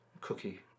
Cookie